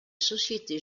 société